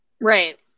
Right